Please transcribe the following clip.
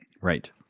Right